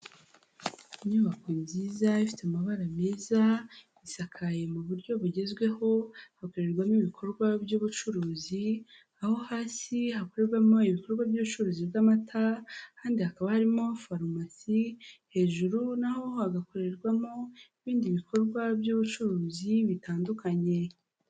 Inyubako nziza ifite amabara meza, isakaye mu buryo bugezweho, hakorerwamo ibikorwa by'ubucuruzi, aho hasi hakorerwamo ibikorwa by'ubucuruzi bw'amatara kandi hakaba harimo farumasi, hejuru naho hagakorerwamo ibindi bikorwa by'ubucuruzi bitandukanye.